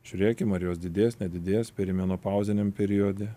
žiūrėkim ar jos didės nedidės perimenopauziniam periode